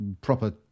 proper